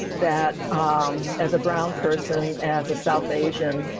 that um as a brown person, as a south asian,